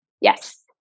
Yes